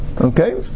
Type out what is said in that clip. Okay